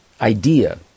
idea